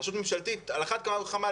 רשות ממשלתית על אחת כמה וכמה,